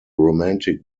romantic